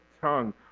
tongue